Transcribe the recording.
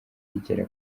rigera